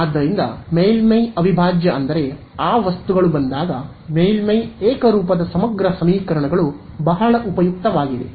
ಆದ್ದರಿಂದ ಮೇಲ್ಮೈ ಅವಿಭಾಜ್ಯ ಅಂದರೆ ಆ ವಸ್ತುಗಳು ಬಂದಾಗ ಮೇಲ್ಮೈ ಏಕರೂಪದ ಸಮಗ್ರ ಸಮೀಕರಣಗಳು ಬಹಳ ಉಪಯುಕ್ತವಾಗಿವೆ